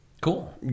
Cool